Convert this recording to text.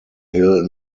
hill